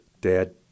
Dad